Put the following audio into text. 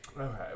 Okay